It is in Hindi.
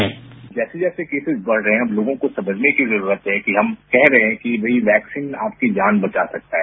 बाईट जैसे जैसे केसेज बढ़ रहे हैं हमलोगों को समझने की जरूरत है कि हम कह रहे हैं कि वैक्सीन आपकी जान बचा सकता है